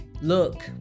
Look